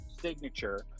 signature